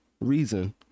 reason